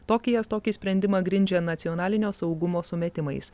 tokijas tokį sprendimą grindžia nacionalinio saugumo sumetimais